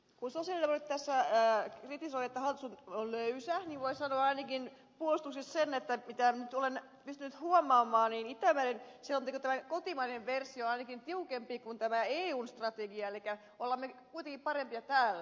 kun sosialidemokraatit tässä kritisoivat että hallitus on löysä niin voi sanoa ainakin puolustukseksi sen että mitä nyt olen pystynyt huomaamaan niin itämeri selonteon tämä kotimainen versio on ainakin tiukempi kuin eun strategia eli olemme me kuitenkin parempia täällä